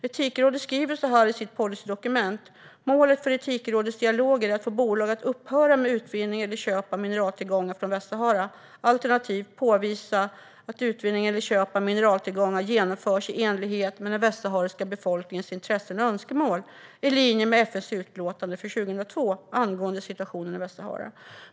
Etikrådet skriver så här i sitt policydokument: "Målet för Etikrådets dialoger är att få bolag att upphöra med utvinningen eller köp av mineraltillgångar från Västsahara, alternativt påvisa att utvinningen eller köp av mineraltillgångar genomförs i enlighet med den västsahariska befolkningens intressen och önskemål, i linje med FN:s utlåtande från 2002 angående situationen i Västsahara.